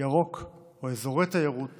ירוק או אזורי תיירות